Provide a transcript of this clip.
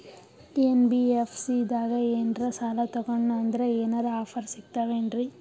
NBFC ದಾಗ ಏನ್ರ ಸಾಲ ತೊಗೊಂಡ್ನಂದರ ಏನರ ಆಫರ್ ಸಿಗ್ತಾವೇನ್ರಿ?